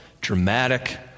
dramatic